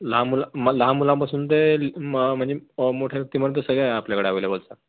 लहान मुलं म लहान मुलांपासून ते म म्हणजे मोठ्या व्यक्तीपर्यंत सगळं आहे आपल्याकडं अव्हेलेबल सर